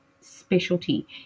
specialty